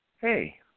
hey